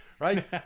right